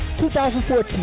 2014